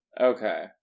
Okay